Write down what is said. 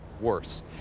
worse